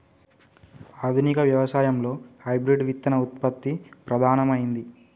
ఆధునిక వ్యవసాయం లో హైబ్రిడ్ విత్తన ఉత్పత్తి ప్రధానమైంది